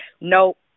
Nope